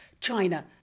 China